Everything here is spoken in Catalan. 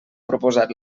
proposat